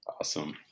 Awesome